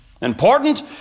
Important